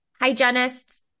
hygienists